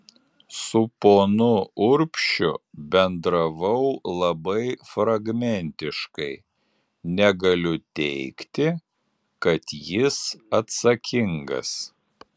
su ponu urbšiu bendravau labai fragmentiškai negaliu teigti kad jis atsakingas